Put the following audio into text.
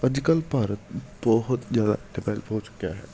ਅੱਜ ਕੱਲ੍ਹ ਭਾਰਤ ਬਹੁਤ ਜ਼ਿਆਦਾ ਡਿਵੈਲਪ ਹੋ ਚੁੱਕਿਆ ਹੈ